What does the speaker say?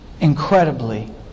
incredibly